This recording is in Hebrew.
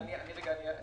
רגע, רגע.